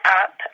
up